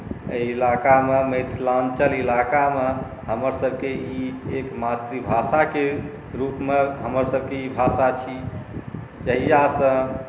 एहि इलाकामे मिथिलाञ्चल इलाकामे हमरसभके ई एक मातृभाषाके रूपमे हमरसभके ई भाषा छी जहिआसँ